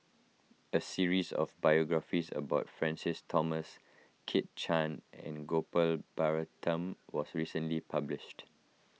a series of biographies about Francis Thomas Kit Chan and Gopal Baratham was recently published